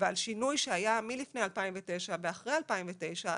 ועל שינוי שהיה מלפני 2009 ואחרי 2009,